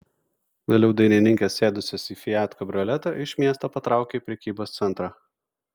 vėliau dainininkės sėdusios į fiat kabrioletą iš miesto patraukė į prekybos centrą